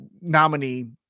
nominee